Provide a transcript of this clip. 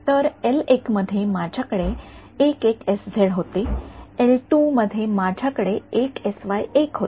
तर मध्ये माझ्या कडे होते आणि माझ्या कडेहोते